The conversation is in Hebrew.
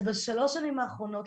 אז בשלוש השנים האחרונות,